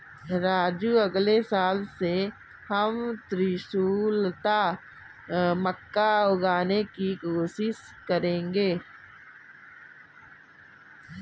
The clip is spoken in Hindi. राजू अगले साल से हम त्रिशुलता मक्का उगाने की कोशिश करेंगे